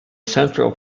central